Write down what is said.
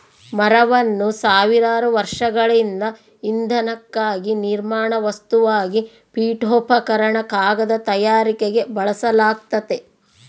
ಮರವನ್ನು ಸಾವಿರಾರು ವರ್ಷಗಳಿಂದ ಇಂಧನಕ್ಕಾಗಿ ನಿರ್ಮಾಣ ವಸ್ತುವಾಗಿ ಪೀಠೋಪಕರಣ ಕಾಗದ ತಯಾರಿಕೆಗೆ ಬಳಸಲಾಗ್ತತೆ